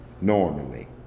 normally